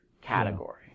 category